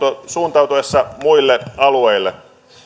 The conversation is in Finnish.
suuntautuessa muille alueille